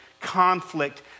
conflict